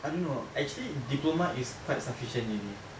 I don't know actually diploma is quite sufficient already